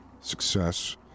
success